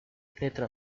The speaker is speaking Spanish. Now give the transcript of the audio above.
cetro